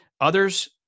Others